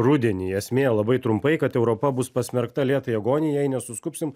rudenį esmė labai trumpai kad europa bus pasmerkta lėtai agoni jei nesuskubsim